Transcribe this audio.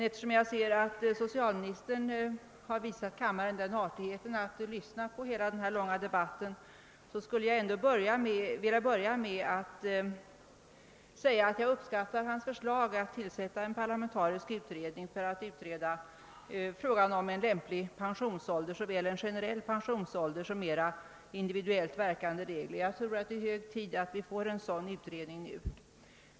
Eftersom socialministern har visat kammaren den artigheten att lyssna på hela denna långa debatt vill jag emellertid börja med att säga att jag uppskattar att han ämnar tillkalla en parla mentarisk kommitté med uppdrag att utreda frågan om lämplig pensionsålder, såväl en generell sådan som mer individuellt verkande regler. Jag tror att det nu är hög tid att vi får en sådan utredning.